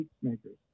peacemakers